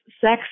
sex